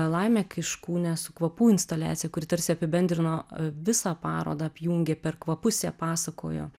laimę kiškūnę su kvapų instaliacija kuri tarsi apibendrino visą parodą apjungė per kvapus ją pasakojo